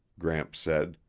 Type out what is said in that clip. gramps said.